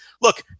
look